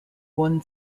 one